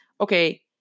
okay